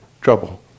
trouble